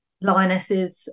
lionesses